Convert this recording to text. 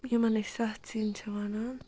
یِمَن أسۍ سَتھ سِنۍ چھِ وَنان